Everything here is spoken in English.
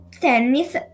tennis